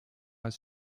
als